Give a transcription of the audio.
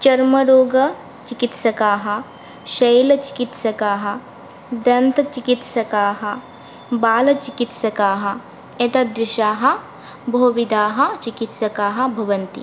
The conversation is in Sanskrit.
चर्मरोगचिकित्सकाः शैलचिकित्सकाः दन्तचिकित्सकाः बालचिकित्सकाः एतादृशाः बहुविधाः चिकित्सकाः भवन्ति